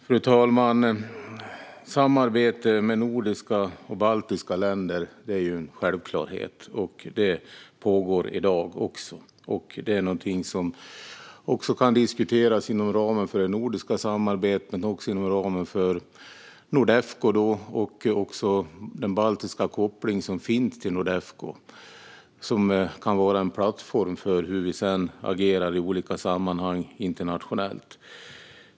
Fru talman! Samarbete med nordiska och baltiska länder är en självklarhet och pågår också i dag. Det är någonting som kan diskuteras inom ramen för det nordiska samarbetet men även inom ramen för Nordefco och den baltiska koppling som finns till Nordefco. Detta kan vara en plattform för hur vi sedan agerar i olika sammanhang internationellt.